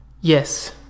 Yes